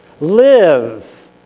Live